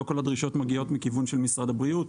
לא כל הדרישות מגיעות מהכיוון של משרד הבריאות.